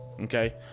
okay